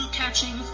catching